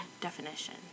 definition